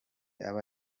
aba